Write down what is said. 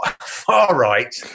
far-right